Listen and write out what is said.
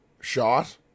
shot